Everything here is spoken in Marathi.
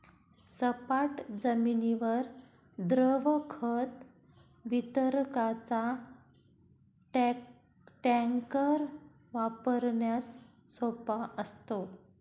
सपाट जमिनीवर द्रव खत वितरकाचा टँकर वापरण्यास सोपा असतो